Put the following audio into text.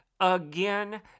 Again